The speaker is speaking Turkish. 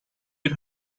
bir